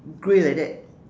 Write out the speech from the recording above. grey like that